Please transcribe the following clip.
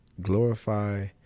glorify